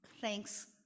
thanks